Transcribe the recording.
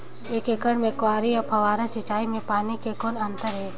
एक एकड़ म क्यारी अउ फव्वारा सिंचाई मे पानी के कौन अंतर हे?